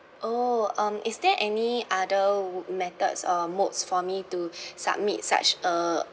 oh um is there any other methods uh modes for me to submit such a